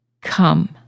Come